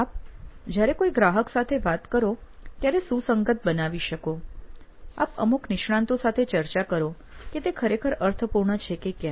આપ જ્યારે કોઈ ગ્રાહક સાથે વાત કરો ત્યારે સુસંગત બનાવી શકો આપ અમુક નિષ્ણાંતો સાથે ચર્ચા કરો કે તે ખરેખર અર્થપૂર્ણ છે કે કેમ